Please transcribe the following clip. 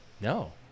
No